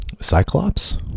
Cyclops